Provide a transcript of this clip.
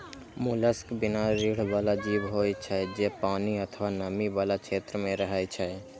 mollusc बिना रीढ़ बला जीव होइ छै, जे पानि अथवा नमी बला क्षेत्र मे रहै छै